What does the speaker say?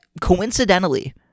coincidentally